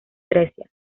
grecia